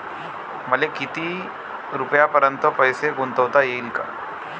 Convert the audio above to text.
मले किती रुपयापर्यंत पैसा गुंतवता येईन?